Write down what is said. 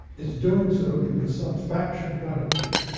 it's doing so because some faction got it to.